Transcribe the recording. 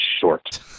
short